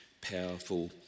powerful